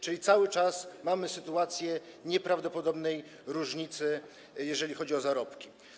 Cały czas mamy sytuację nieprawdopodobnej różnicy, jeżeli chodzi o zarobki.